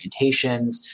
orientations